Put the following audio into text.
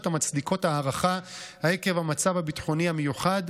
המצדיקות הארכה עקב המצב הביטחוני המיוחד,